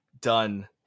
done